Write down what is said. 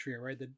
right